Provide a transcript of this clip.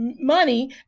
money